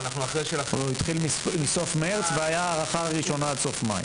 הוא התחיל מסוף מרץ והייתה הארכה ראשונה עד סוף מאי.